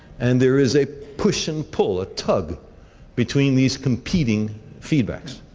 and there is a push and pull, a tug between these competing feedbacks.